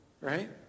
right